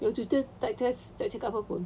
your tutor lecturers tak cakap apa-apa